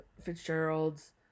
Fitzgerald's